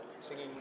singing